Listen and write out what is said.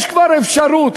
יש כבר אפשרות,